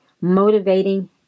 motivating